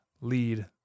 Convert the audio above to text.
lead